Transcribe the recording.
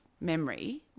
memory